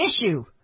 issue